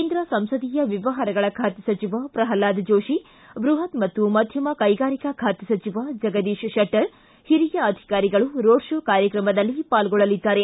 ಕೇಂದ್ರ ಸಂಸದೀಯ ವ್ವವಹಾರಗಳ ಖಾತೆ ಸಚಿವ ಪ್ರಹ್ನಾದ ಜೋಶಿ ಬೃಹತ್ ಮತ್ತು ಮಧ್ಯಮ ಕೈಗಾರಿಕಾ ಖಾತೆ ಸಚಿವ ಜಗದೀಶ್ ಶೆಟ್ಟರ್ ಹಾಗೂ ಹಿರಿಯ ಅಧಿಕಾರಿಗಳು ರೋಡ್ ಶೋ ಕಾರ್ಯಕ್ರಮದಲ್ಲಿ ಪಾಲ್ಗೊಳ್ಳಲಿದ್ದಾರೆ